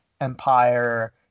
Empire